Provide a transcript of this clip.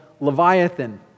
leviathan